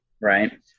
right